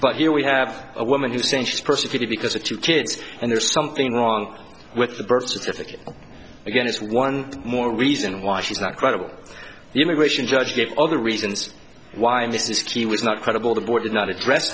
but here we have a woman who centuries persecuted because of two kids and there's something wrong with the birth certificate again it's one more reason why she's not credible the immigration judge gave other reasons why mrs t was not credible the boy did not address